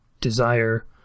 desire